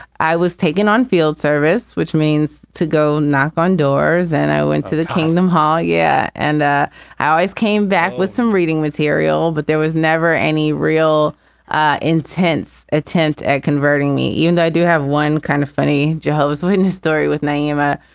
i was taken on field service, which means to go knock on doors and i went to the kingdom. ha. yeah. and i always came back with some reading material, but there was never any real intense attempt at converting me. even though i do have one kind of funny jehovah's witness story with nyima,